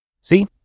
See